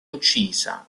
uccisa